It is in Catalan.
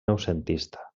noucentista